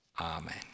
Amen